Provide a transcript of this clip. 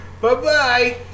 Bye-bye